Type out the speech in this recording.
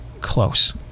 close